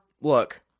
look